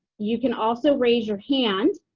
you can also raise your hand